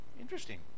interesting